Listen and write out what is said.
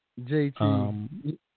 JT